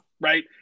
right